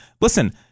listen